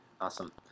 Awesome